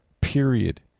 period